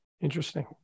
Interesting